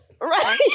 Right